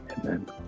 Amen